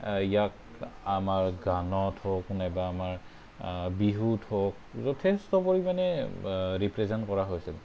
ইয়াক আমাৰ গানত হওক নাইবা আমাৰ বিহুত হওক যথেষ্ট পৰিমাণে ৰিপ্ৰেজেণ্ট কৰা হৈছিল